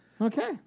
Okay